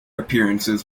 appearances